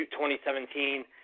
2017